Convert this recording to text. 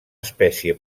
espècie